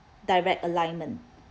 direct alignment